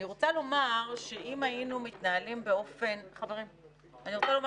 אני רוצה לומר, שאם היינו מתנהלים באופן תקין,